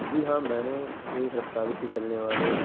جی ہاں میں نے تیز رفتاری سے چلنے والے